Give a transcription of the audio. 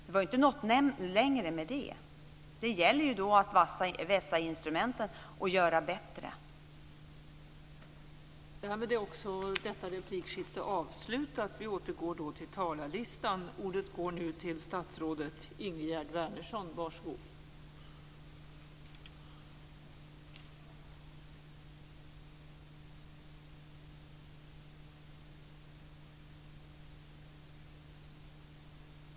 Vi har ju inte nått längre med det, utan då gäller det att vässa instrumenten och göra det hela bättre.